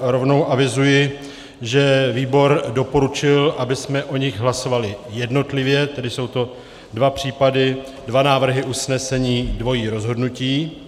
Rovnou avizuji, že výbor doporučil, abychom o nich hlasovali jednotlivě, tedy jsou to dva případy, dva návrhy usnesení, dvojí rozhodnutí.